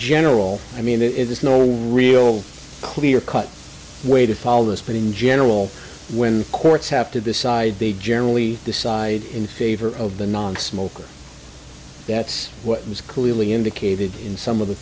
general i mean there is no real clear cut way to follow this but in general when courts have to decide they generally decide in favor of the nonsmoker that's what was clearly indicated in some of the